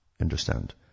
understand